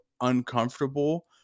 uncomfortable